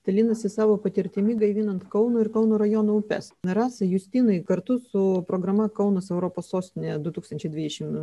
dalinasi savo patirtimi gaivinant kauno ir kauno rajono upes rasa justinai kartu su programa kaunas europos sostinė du tūkstančiai dvidešimt